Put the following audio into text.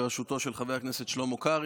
בראשותו של חבר הכנסת שלמה קרעי,